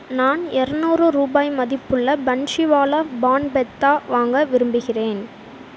நான் இறநூறு ரூபாய் மதிப்புள்ள பன்ஸிவாலா பான் பெத்தா வாங்க விரும்புகிறேன்